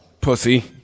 Pussy